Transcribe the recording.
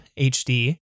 HD